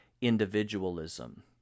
individualism